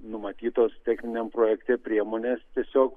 numatytos techniniam projekte priemonės tiesiog